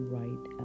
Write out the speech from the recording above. right